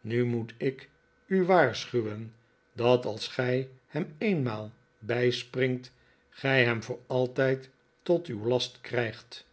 nu moet ik u waarschuwen dat als gij hem eenmaal bijspringt gij hem voor altijd tot uw last krijgt